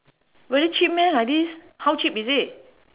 very cheap meh like this how cheap is it